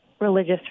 religious